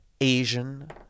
Asian